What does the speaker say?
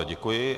Děkuji.